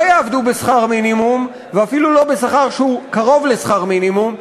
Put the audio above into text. יעבדו בשכר מינימום ואפילו לא בשכר שהוא קרוב לשכר מינימום,